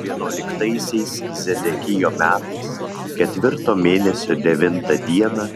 vienuoliktaisiais zedekijo metais ketvirto mėnesio devintą dieną